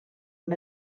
amb